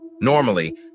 Normally